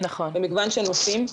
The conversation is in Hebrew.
במגוון של נושאים.